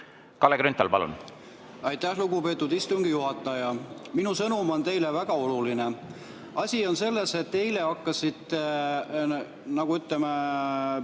Kalle Grünthal, palun! Aitäh, lugupeetud istungi juhataja! Minu sõnum teile on väga oluline. Asi on selles, et eile hakkasite jälle, ütleme,